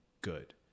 Good